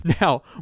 Now